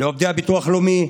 לעובדי הביטוח לאומי,